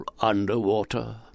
underwater